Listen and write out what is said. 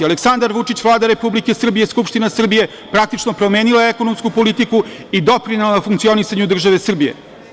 Aleksandar Vući, Vlada Republike Srbije, Skupština Srbije, praktično promenila je ekonomsku politiku i doprinela funkcionisanju države Srbije.